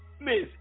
Miss